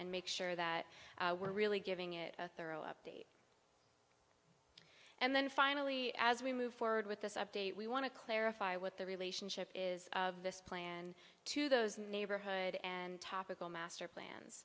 and make sure that we're really giving it a thorough update and then finally as we move forward with this update we want to clarify what the relationship is of this plan to those neighborhood and topical master